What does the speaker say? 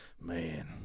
Man